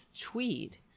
tweet